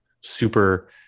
super